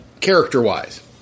character-wise